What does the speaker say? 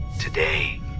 Today